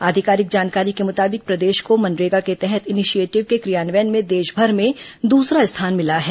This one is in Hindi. आधिकारिक जानकारी के मुताबिक प्रदेश को मनरेगा के तहत इनीशिएटिव्ह के क्रियान्वयन में देशभर में दूसरा स्थान मिला है